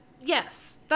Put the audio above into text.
Yes